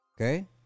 okay